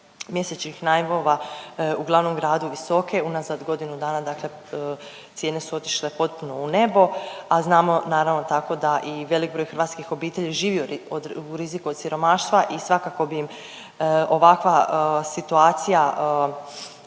mjesečnih najmova u glavnom gradu visoke. Unazad godinu dana dakle cijene su otišle potpuno u nebo, a znamo naravno tako da i veliki broj hrvatskih obitelji živi u riziku od siromaštva i svakako bi ovakva situacija